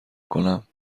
کنم